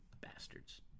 Bastards